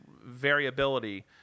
variability